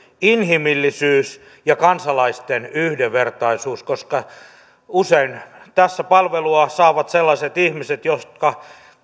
inhimillisyys ja kansalaisten yhdenvertaisuus koska tässä palvelua saavat sellaiset ihmiset jotka